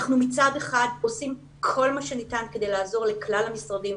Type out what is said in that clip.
אנחנו מצד אחד עושים כל מה שניתן כדי לעזור לכלל המשרדים,